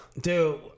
Dude